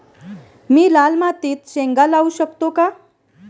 मी लाल मातीत शेंगा लावू शकतो का?